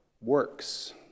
Works